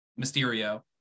Mysterio